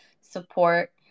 support